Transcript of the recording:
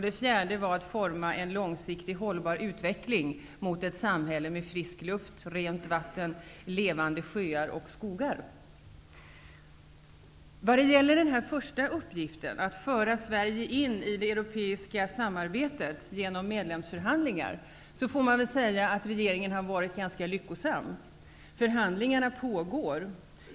Det fjärde var att utforma en långsiktigt hållbar utveckling mot ett samhälle med frisk luft, rent vatten, levande sjöar och skogar. Vad gäller den första uppgiften, att föra Sverige in i det europeiska samarbetet genom medlemsförhandlingar, får man väl säga att regeringen har varit ganska lyckosam. Förhandlingarna pågår.